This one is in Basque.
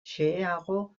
xeheago